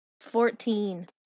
Fourteen